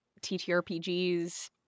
TTRPGs